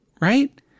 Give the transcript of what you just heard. right